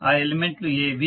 ఆ ఎలిమెంట్ లు ఏవి